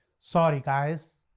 sorry guys,